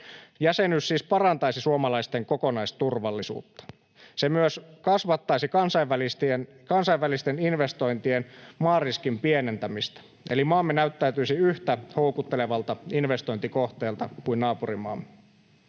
Jäsenyys siis parantaisi suomalaisten kokonaisturvallisuutta. Se myös kasvattaisi kansainvälisten investoin-tien maariskin pienentämistä, eli maamme näyttäytyisi yhtä houkuttelevalta investointikohteelta kuin naapurimaamme.